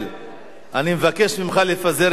אני מבקש ממך לפזר את ההתקהלות שם.